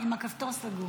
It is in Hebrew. עם הכפתור סגור.